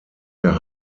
der